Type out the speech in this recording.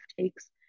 takes